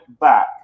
back